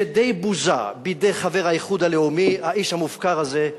די בוזה בידי חבר האיחוד הלאומי, האיש המופקר הזה,